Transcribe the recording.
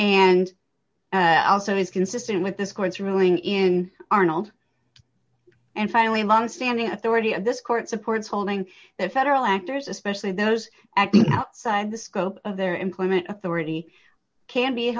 and also is consistent with this court's ruling in arnold and finally longstanding authority of this court supports holding that federal actors especially those acting outside the scope of their employment authority can be